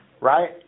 right